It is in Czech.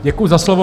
Děkuji za slovo.